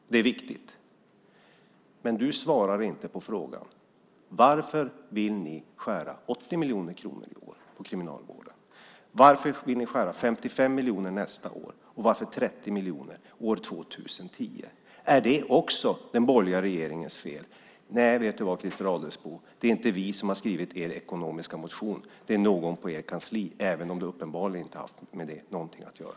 Det är viktigt. Du svarar inte på frågan: Varför vill ni skära ned med 80 miljoner kronor i år på Kriminalvården? Varför vill ni skära ned med 55 miljoner nästa år och 30 miljoner år 2010? Är det också den borgerliga regeringens fel? Nej, vet du vad, Christer Adelsbo. Det är inte vi som har skrivit er ekonomiska motion. Det är någon på ert kansli, även om du uppenbarligen inte haft något med det att göra.